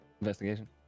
Investigation